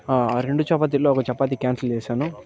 ఆ రెండు చపాతీల్లో ఒక చపాతి క్యాన్సల్ చేశాను